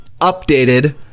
updated